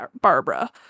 Barbara